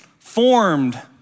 formed